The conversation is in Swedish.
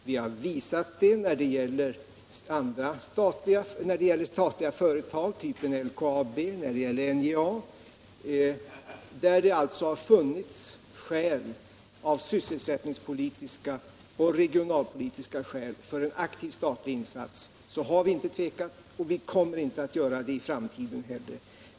Vi Nr 138 har visat det när det gäller statliga företag av typen LKAB och NJA Onsdagen den där det alltså har funnits anledning, av sysselsättningsoch regional 25 maj 1977 politiska skäl, att göra en aktiv statlig insats. Vi har inte tvekat och i kommer inte att göra det i framtiden heller.